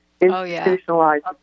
institutionalized